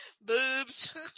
Boobs